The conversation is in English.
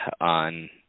on